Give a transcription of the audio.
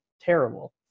terrible